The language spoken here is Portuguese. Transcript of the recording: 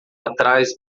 atrás